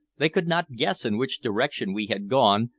they could not guess in which direction we had gone,